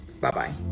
bye-bye